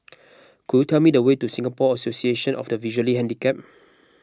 could you tell me the way to Singapore Association of the Visually Handicapped